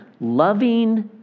loving